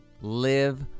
Live